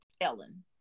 Ellen